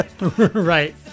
right